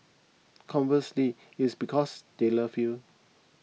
conversely it's because they love you